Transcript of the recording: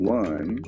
one